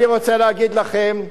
אני רוצה להגיד לכם,